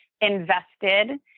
invested